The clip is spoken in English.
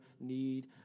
need